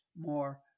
more